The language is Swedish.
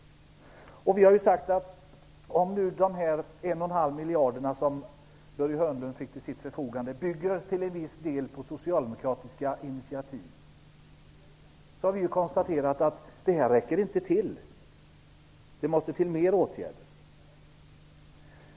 Det är ju våra förslag som finns här. De 1,5 miljarder kronor som Börje Hörnlund fick till sitt förfogande bygger till en viss del på socialdemokratiska initiativ. Vi har ju konstaterat att det inte räcker till. Det måste till fler åtgärder.